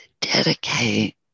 dedicate